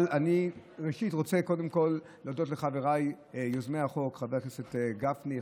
אבל אני רוצה קודם כול להודות לחבריי יוזמי החוק: חבר הכנסת גפני,